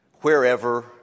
wherever